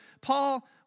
Paul